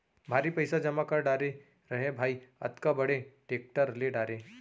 भारी पइसा जमा कर डारे रहें भाई, अतका बड़े टेक्टर ले डारे